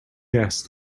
asked